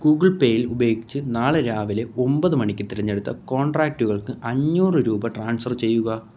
Google പേയിൽ ഉപയോഗിച്ച് നാളെ രാവിലെ ഒമ്പത് മണിക്ക് തിരഞ്ഞെടുത്ത കോൺട്രാക്റ്റുകൾക്ക് അഞ്ഞൂറ് രൂപ ട്രാൻസ്ഫർ ചെയ്യുക